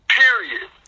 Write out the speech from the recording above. period